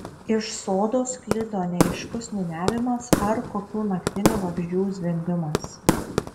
iš sodo sklido neaiškus niūniavimas ar kokių naktinių vabzdžių zvimbimas